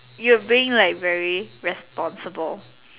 you are being like very responsible